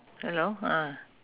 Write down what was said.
hello ah